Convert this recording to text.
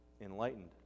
enlightened